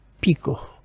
pico